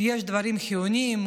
יש דברים חיוניים,